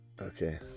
Okay